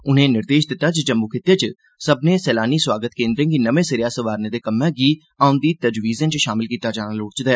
उनें निर्देश दिता जे जम्मू खित्ते च सब्भनें सैलानी सोआगत केन्द्रें गी नमें सिरेया संवारने दे कम्मै गी औंदी तजवीज़ें च शामल कीता जाना लोड़चदा